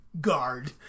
guard